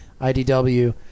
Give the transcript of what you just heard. IDW